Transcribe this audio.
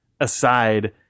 Aside